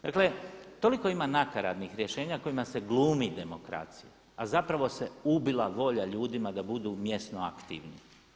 Dakle toliko ima nakaradnih rješenja kojima se glumi demokracija a zapravo se ubila volja ljudima da budu mjesno aktivni.